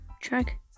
track